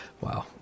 Wow